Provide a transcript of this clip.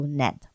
net